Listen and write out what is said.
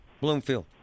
Bloomfield